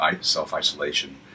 self-isolation